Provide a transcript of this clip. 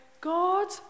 God